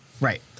Right